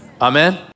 Amen